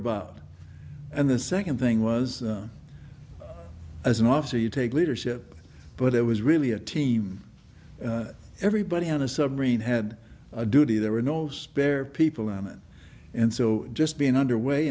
about and the second thing was as an officer you take leadership but it was really a team everybody on a submarine had a duty there were no spare people on it and so just being underway